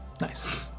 Nice